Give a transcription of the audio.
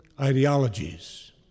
ideologies